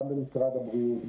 גם במשרד הבריאות,